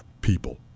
people